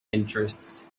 interests